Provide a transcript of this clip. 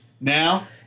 now